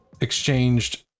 exchanged